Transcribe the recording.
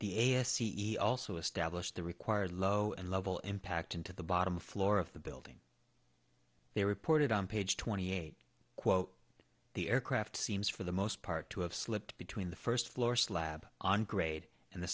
the a s e e also establish the required low level impact into the bottom floor of the building they reported on page twenty eight quote the aircraft seems for the most part to have slipped between the first floor slab on grade and the